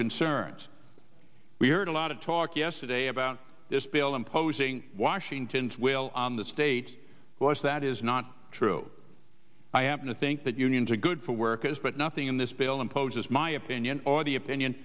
concerns we heard a lot of talk yesterday about this bill imposing washington's will on the states was that is not true i happen to think that unions are good for workers but nothing in this bill imposes my opinion or the opinion